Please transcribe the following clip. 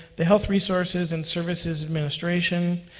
the health resources and services administration,